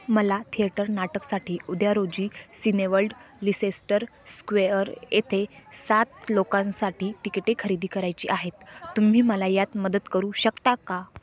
मला थेटर नाटकसाठी उद्या रोजी सिनेवल्ड लिसेस्टर स्क्वेअर येथे सात लोकांसाठी तिकिटे खरेदी करायची आहेत तुम्ही मला यात मदत करू शकता का